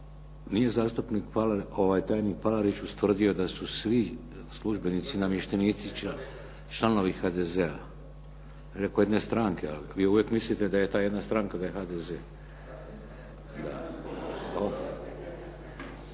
dijelu nije tajnik Palarić ustvrdio da su svi službenici i namještenici članovi HDZ-a. Rekao je jedne stranke ali vi uvijek mislite ta jedna stranka da je HDZ.